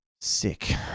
sick